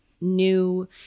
new